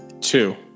Two